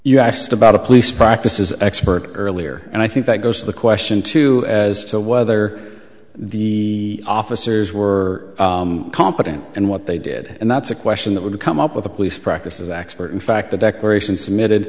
you asked about a police practices expert earlier and i think that goes to the question too as to whether the officers were competent and what they did and that's a question that would come up with the police practices acts were in fact the declaration submitted